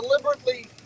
deliberately